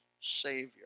Savior